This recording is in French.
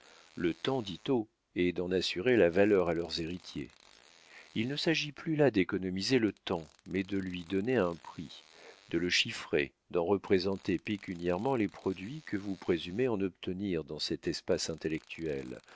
le temps dito et d'en assurer la valeur à leurs héritiers il ne s'agit plus là d'économiser le temps mais de lui donner un prix de le chiffrer d'en représenter pécuniairement les produits que vous présumez en obtenir dans cet espace intellectuel